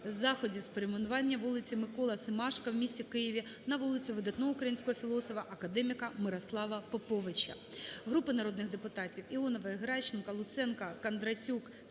заходів з перейменування вулиці Миколи Семашка в місті Києві на вулицю видатного українського філософа, академіка Мирослава Поповича.